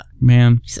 Man